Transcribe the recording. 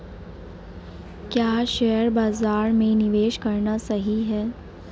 क्या शेयर बाज़ार में निवेश करना सही है?